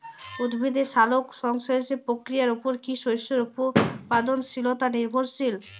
উদ্ভিদের সালোক সংশ্লেষ প্রক্রিয়ার উপর কী শস্যের উৎপাদনশীলতা নির্ভরশীল?